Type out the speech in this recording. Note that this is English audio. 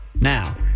now